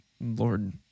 lord